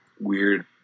weird